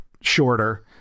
shorter